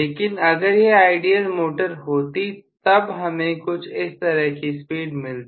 लेकिन अगर यह आइडियल मोटर होती तब हमें कुछ इस तरह की स्पीड मिलती